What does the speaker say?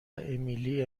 امیلی